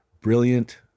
brilliant